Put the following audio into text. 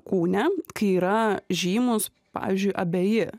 kūne kai yra žymūs pavyzdžiui abeji